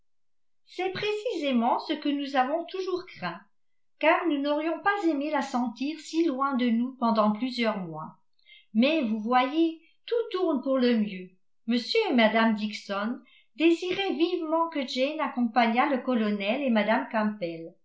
c'est précisément ce que nous avons toujours craint car nous n'aurions pas aimé la sentir si loin de nous pendant plusieurs mois mais vous voyez tout tourne pour le mieux m et mme dixon désiraient vivement que jane accompagna le colonel et mme campbell